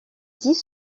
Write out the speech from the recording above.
dix